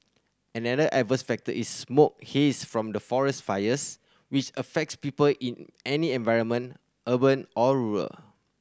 another adverse factor is smoke haze from forest fires which affects people in any environment urban or rural